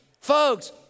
folks